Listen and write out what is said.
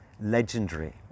legendary